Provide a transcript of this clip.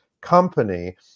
company